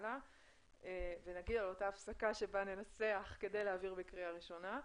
לאותה הפסקה בה ננסח כדי להעביר בקריאה ראשונה.